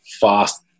fast